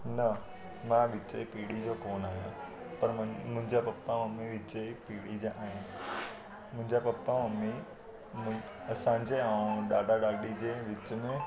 न मां विच पीड़ी जो कोन आहियां पर मुंहिंजा पपा ममी विच जी पीड़ी जा आहिनि मुंहिंजा पपा ममी मूं असांजे ऐं ॾाॾा ॾाॾी जे विच में